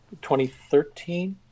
2013